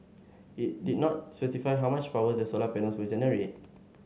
it it not specify how much power the solar panels will generate